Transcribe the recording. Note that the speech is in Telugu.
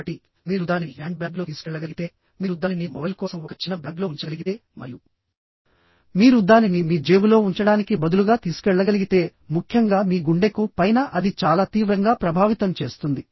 కాబట్టి మీరు దానిని హ్యాండ్బ్యాగ్లో తీసుకెళ్లగలిగితే మీరు దానిని మొబైల్ కోసం ఒక చిన్న బ్యాగ్లో ఉంచగలిగితే మరియు మీరు దానిని మీ జేబులో ఉంచడానికి బదులుగా తీసుకెళ్లగలిగితే ముఖ్యంగా మీ గుండెకు పైన అది చాలా తీవ్రంగా ప్రభావితం చేస్తుంది